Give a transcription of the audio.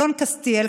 אלון קסטיאל,